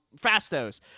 Fastos